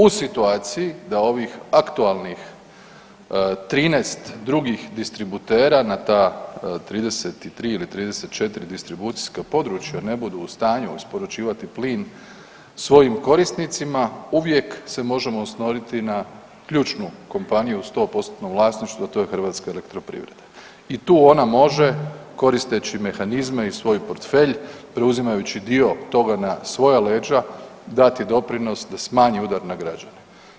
U situaciji da ovih aktualnih 13 drugih distributera na ta 33 ili 34 distribucijska područja ne budu u stanju isporučivati plin svojim korisnicima uvijek se možemo osloniti na ključnu kompaniju u 100%-tnom vlasništvu, a to je HEP i tu ona može koristeći mehanizme i svoj portfelj preuzimajući dio toga na svoja leđa dati doprinos da smanji udar na građane.